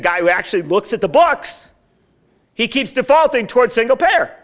a guy who actually looks at the books he keeps defaulting toward single pair